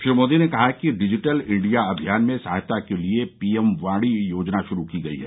श्री मोदी ने कहा कि डिजिटल इंडिया अमियान में सहायता के लिए पी एम वाणी योजना शुरू की गई है